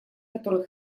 которые